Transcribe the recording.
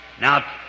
Now